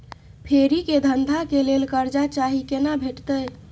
फेरी के धंधा के लेल कर्जा चाही केना भेटतै?